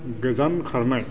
गोजान खारनाय